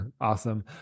awesome